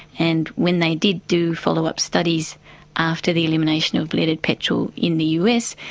and when they did do follow-up studies after the elimination of leaded petrol in the us,